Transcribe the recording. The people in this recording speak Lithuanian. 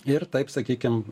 ir taip sakykim